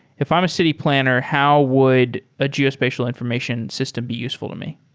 if i'm a city planner, how would a geospatial information system be useful to me?